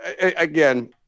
again